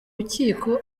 rukiko